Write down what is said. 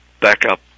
backup